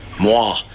moi